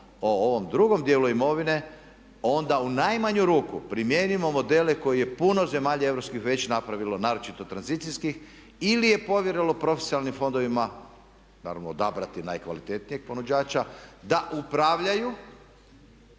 o ovom drugom djelu imovine, onda u najmanju ruku primijenimo modele koje je puno zemalja europskih već napravilo, naročito tranzicijskih ili je povjerilo profesionalnim fondovima naravno odabrati najkvalitetnijeg ponuđača da upravljaju